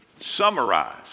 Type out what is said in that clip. summarize